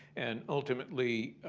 and ultimately